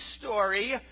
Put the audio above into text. story